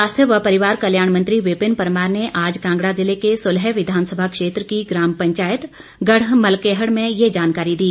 स्वास्थ्य व परिवार कल्याण मंत्री विपिन परमार ने आज कांगड़ा जिले के सुलह विधानसभा क्षेत्र की ग्राम पंचायत गढ़ मलकेहड़ में यह जानकारी दी